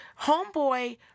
Homeboy